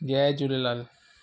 Jay Jhulelal